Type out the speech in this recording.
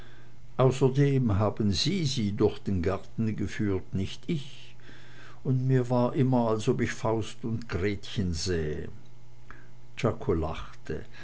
außerdem haben sie sie durch den garten geführt nicht ich und mir war immer als ob ich faust und gretchen sähe czako lachte